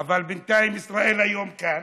אבל בינתיים ישראל היום כאן,